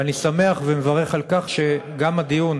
ואני שמח ומברך על כך שגם הדיון,